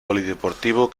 polideportivo